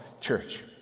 church